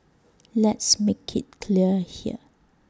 let's make IT clear here